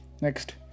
Next